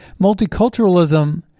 multiculturalism